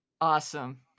awesome